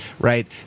right